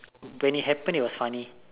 when it happened it was funny